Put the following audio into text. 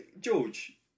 George